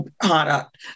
product